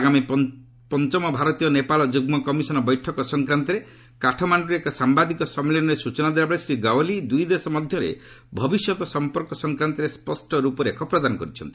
ଆଗାମୀ ପଞ୍ଚମ ଭାରତ ନେପାଳ ଯୁଗ୍ମ କମିଶନ୍ ବୈଠକ ସଂକ୍ରାନ୍ତରେ କାଠମାଣ୍ଡରେ ଏକ ସାମ୍ଘାଦିକ ସମ୍ମିଳନୀରେ ସୂଚନା ଦେଲାବେଳେ ଶ୍ରୀ ଗ୍ୟାୱାଲି ଦୂଇ ଦେଶ ମଧ୍ୟରେ ଭବିଷ୍ୟତ ସମ୍ପର୍କ ସଂକ୍ରାନ୍ତରେ ସ୍ୱଷ୍ଟ ରୁପରେଖ ପ୍ରଦାନ କରିଛନ୍ତି